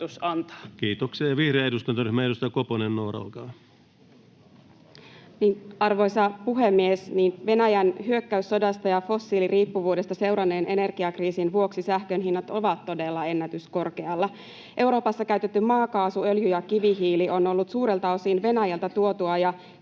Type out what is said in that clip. Koponen vihr) Time: 16:17 Content: Arvoisa puhemies! Venäjän hyökkäyssodasta ja fossiiliriippuvuudesta seuranneen energiakriisin vuoksi sähkön hinnat ovat todella ennätyskorkealla. Euroopassa käytetty maakaasu, öljy ja kivihiili ovat olleet suurelta osin Venäjältä tuotuja, ja